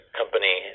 company